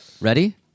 ready